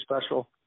special